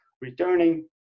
returning